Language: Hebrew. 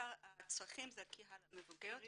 עיקר הצרכים זה לקהל המבוגר יותר,